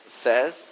says